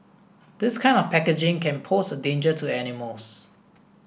this kind of packaging can pose a danger to animals